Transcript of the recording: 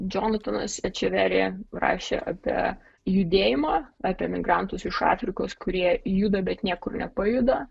džonatanas ačeverija rašė apie judėjimą apie migrantus iš afrikos kurie juda bet niekur nepajuda